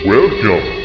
Welcome